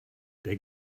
der